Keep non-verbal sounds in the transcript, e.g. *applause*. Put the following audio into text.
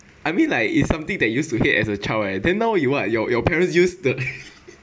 I mean like it's something that used to hate as a child ah then now you what your your parents use the *laughs*